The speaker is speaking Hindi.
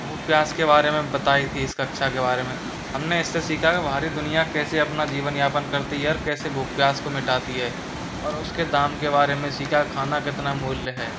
भूख प्यास के बारे में बताई थी इस कक्षा के बारे में हम ने इस से सिखा कि बाहरी दुनिया कैसे अपना जीवनयापन करती है और कैसे भूख प्यास को मिटाती है और उसके दाम के बारे में सिखा खाना केतना मूल्य है